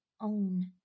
own